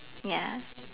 ya